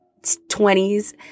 20s